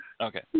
Okay